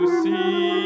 see